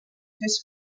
fes